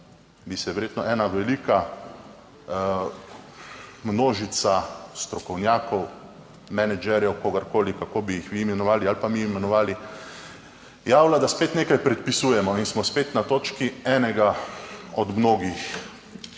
bi se verjetno ena velika množica strokovnjakov, menedžerjev, kogarkoli, kako bi jih vi imenovali ali pa mi imenovali, javila, da spet nekaj predpisujemo in smo spet na točki enega od mnogih